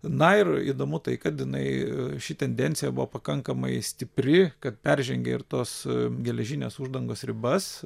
na ir įdomu tai kad jinai ši tendencija buvo pakankamai stipri kad peržengia ir tos geležinės uždangos ribas